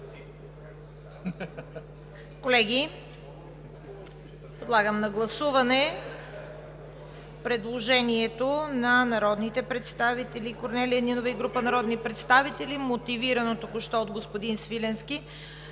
Колеги, подлагам на гласуване предложението на народните представители Корнелия Нинова и група народни представители, мотивирано току-що от господин Свиленски